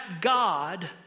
God